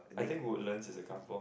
I think Woodlands is a Kampung